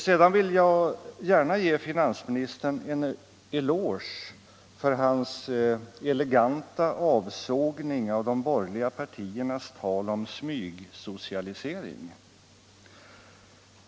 Sedan vill jag gärna ge finansministern en eloge för hans eleganta avsågning av de borgerliga partiernas tal om smygsocialisering.